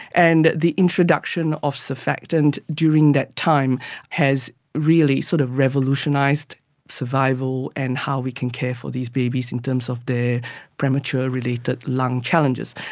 and the introduction of surfactant during that time has really sort of revolutionised survival and how we can care for these babies in terms of their premature related lung challenges.